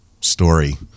story